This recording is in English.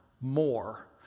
more